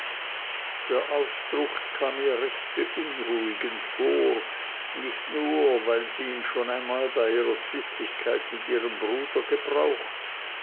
der ausdruck kam mir recht beunruhigend vor nicht nur weil sie ihn schon einmal bei ihrer zwistigkeit mit ihrem bruder gebraucht